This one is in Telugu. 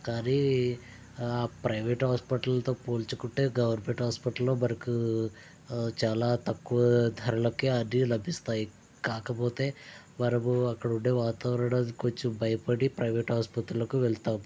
కానీ ఆ ప్రైవేట్ హాస్పిటల్తో పోల్చుకుంటే గవర్నమెంట్ హాస్పిటల్లో మనకు ఆ చాలా తక్కువ ధరలకు అన్నీ లభిస్తాయి కాకపోతే మనము అక్కడ ఉండే వాతావరణానికి కొంచెం భయపడి ప్రైవేట్ ఆస్పత్రులకు వెళ్తాము